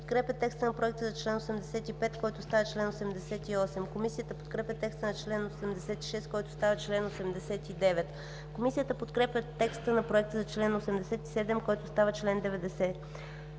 Комисията подкрепя текста на Проекта за чл. 61, който става чл. 64. Комисията подкрепя текста на Проекта за чл. 62, който става чл. 65.